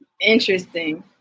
Interesting